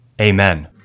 Amen